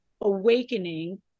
awakening